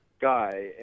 guy